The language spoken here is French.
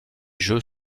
jeux